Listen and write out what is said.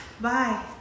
Bye